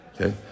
Okay